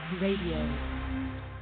Radio